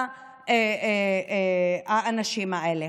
באנשים האלה.